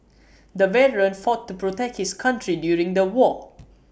the veteran fought to protect his country during the war